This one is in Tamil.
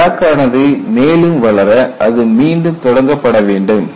கிராக் ஆனது மேலும் வளர அது மீண்டும் தொடங்கப்பட வேண்டும்